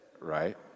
right